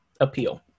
appeal